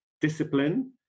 discipline